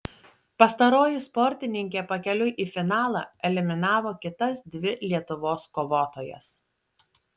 pastaroji sportininkė pakeliui į finalą eliminavo kitas dvi lietuvos kovotojas